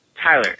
Tyler